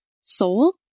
soul